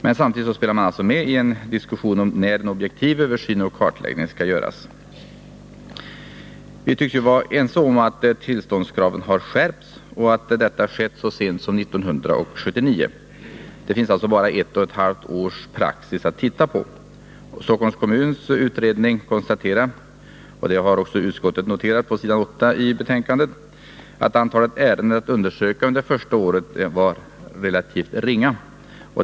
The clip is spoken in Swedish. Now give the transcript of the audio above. Men samtidigt spelar man med i en diskussion om när en objektiv översyn och kartläggning skall göras. Vi tycks ju vara ense om att tillståndskraven har skärpts och att detta skett så sent som år 1979. Det finns bara ett och ett halvt års praxis att titta på. Stockholms kommuns utredning konstaterar, som utskottet också noterat på s. 8ibetänkandet, att antalet ärenden att undersöka under det första året var ”relativt ringa”.